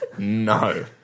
No